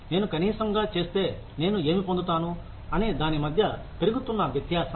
నేను కనీసంగా చేస్తే నేను ఏమి పొందుతాను అనే దాని మధ్య పెరుగుతున్న వ్యత్యాసం